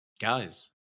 guys